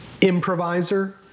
improviser